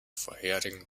vorherigen